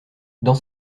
dans